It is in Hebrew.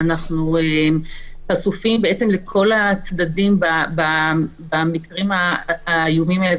שאנחנו חשופים לכל הצדדים במקרים האיומים האלה,